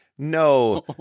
No